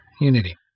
Unity